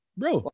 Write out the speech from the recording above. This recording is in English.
bro